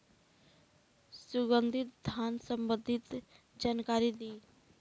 सुगंधित धान संबंधित जानकारी दी?